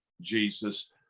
jesus